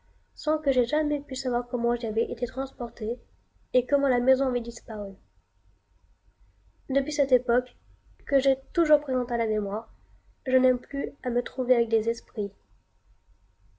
sans que j'aie jamais pu savoir comment j'y avait été transporté et comment la maison avait disparu depuis cette époque que j'ai toujours présente à la mémoire je n'aime plus à me trouver avec des esprits